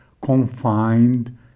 confined